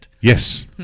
yes